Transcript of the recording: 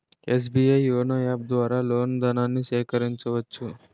SBI YONO app ద్వారా loan ధనాన్ని సేకరించవచ్చు